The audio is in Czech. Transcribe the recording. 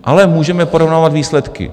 Ale můžeme porovnávat výsledky.